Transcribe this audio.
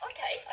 Okay